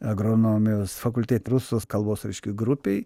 agronomijos fakultete rusų kalbos reiškia grupei